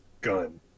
gun